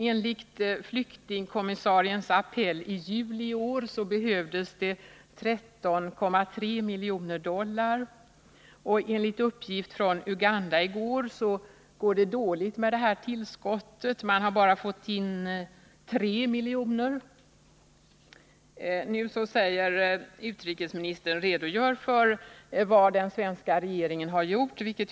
Enligt flyktingkommissariens appell i juli i år behövdes det 13,3 miljoner dollar, men enligt en uppgift i går från Uganda går det dåligt med det tillskottet. Man har ännu bara fått in 3 miljoner dollar. Nu redogör utrikesministern för vad den svenska regeringen hittills har gjort.